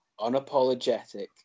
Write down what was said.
unapologetic